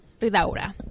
Ridaura